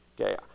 Okay